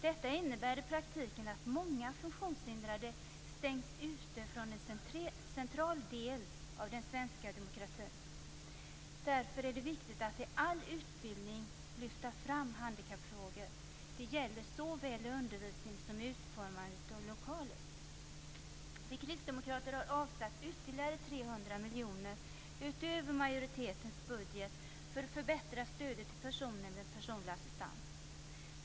Detta innebär i praktiken att många funktionshindrade stängs ute från en central del av den svenska demokratin. Därför är det viktigt att i all utbildning lyfta fram handikappfrågor. Det gäller såväl i undervisningen som i utformandet av lokaler. Vi kristdemokrater har avsatt ytterligare 300 miljoner utöver majoritetens budget för att förbättra stödet till personer med personlig assistans.